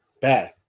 Bad